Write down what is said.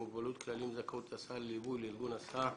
מוגבלות (כללים לזכאות להסעה לליווי ולארגון ההסעה),